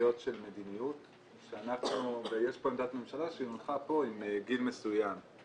סוגיות של מדיניות ויש פה עמדת ממשלה שהונחה פה עם גיל מסוים,